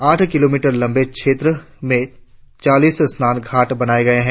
आठ किलोमीटर लम्बे क्षेत्र में चालीस स्नान घाट बनाए गए है